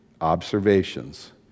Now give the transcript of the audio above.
observations